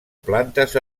plantes